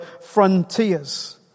frontiers